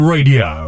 Radio